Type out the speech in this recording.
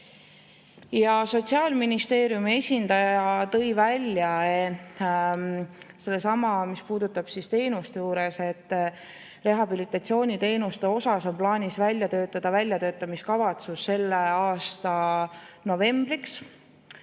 Sotsiaalministeeriumi esindaja tõi välja, et mis puudutab teenuseid, siis rehabilitatsiooniteenuste osas on plaanis välja töötada väljatöötamiskavatsus selle aasta novembriks.